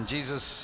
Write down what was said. Jesus